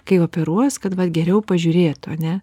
kai operuos kad vat geriau pažiūrėtų ane